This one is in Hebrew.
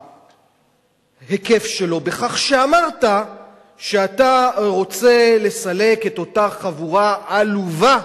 להיקף שלו בכך שאמרת שאתה רוצה לסלק את אותה חבורה עלובה,